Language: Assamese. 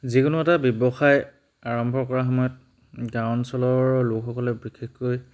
যিকোনো এটা ব্যৱসায় আৰম্ভ কৰা সময়ত গাঁও অঞ্চলৰ লোকসকলে বিশেষকৈ